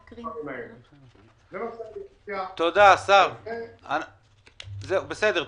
--- תודה, השר - בסדר.